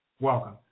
Welcome